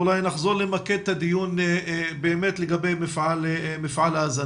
ואולי נחזור למקד את הדיון לגבי מפעל ההזנה.